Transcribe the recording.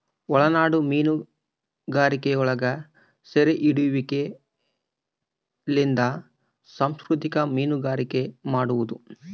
ಒಳನಾಡ ಮೀನುಗಾರಿಕೆಯೊಳಗ ಸೆರೆಹಿಡಿಯುವಿಕೆಲಿಂದ ಸಂಸ್ಕೃತಿಕ ಮೀನುಗಾರಿಕೆ ಮಾಡುವದು